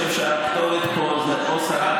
אני חושב שהכתובת פה זה או שרת